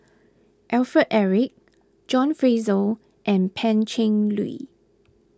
Alfred Eric John Fraser and Pan Cheng Lui